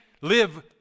live